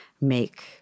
make